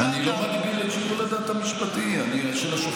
אני לא מגביל את שיקול הדעת המשפטי של השופט.